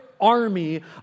army